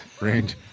Range